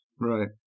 Right